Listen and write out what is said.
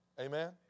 Amen